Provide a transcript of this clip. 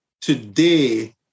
today